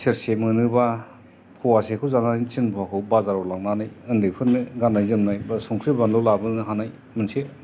सेरसे मोनोबा फवासेखौ जानानै थिनफवाखौ बाजाराव लांनानै उन्दैफोरनो गाननाय जोमनाय बा संख्रि बानलु लाबोनो हानाय मोनसे